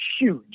huge